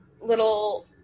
little